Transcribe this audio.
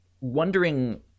wondering